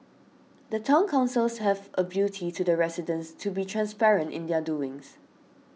the Town Councils have a duty to the residents to be transparent in their doings